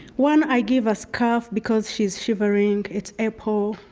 one i give a scarf because she's shivering, it's april,